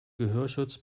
gehörschutz